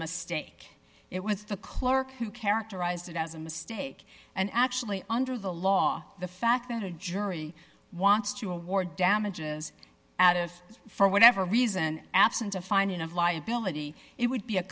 mistake it was the clerk who characterized it as a mistake and actually under the law the fact that a jury wants to award damages out of for whatever reason absent a finding of liability it would be a